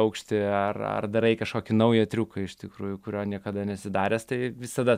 aukštį ar ar darai kažkokį naują triuką iš tikrųjų kurio niekada nesi daręs tai visada